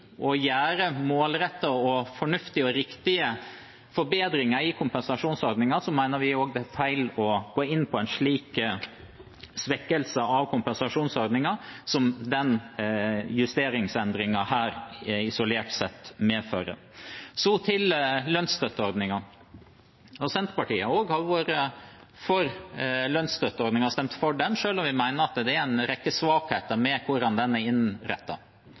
gjøre målrettede, fornuftige og riktige forbedringer i kompensasjonsordningen, mener vi det også er feil å gå inn på en slik svekkelse av kompensasjonsordningen som denne justeringsendringen isolert sett medfører. Så til lønnsstøtteordningen: Også Senterpartiet har vært for lønnsstøtteordningen og stemt for den, selv om vi mener det er en rekke svakheter med hvordan den er